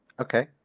Okay